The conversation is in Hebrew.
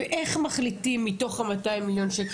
ואיך מחליטים מתוך ה- 200 מיליון ש"ח,